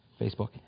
Facebook